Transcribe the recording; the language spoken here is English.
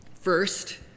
First